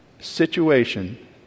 Situation